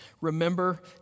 Remember